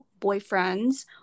boyfriends